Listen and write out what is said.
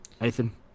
Nathan